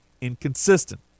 inconsistent